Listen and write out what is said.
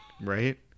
Right